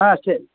ஆ சரி